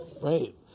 Right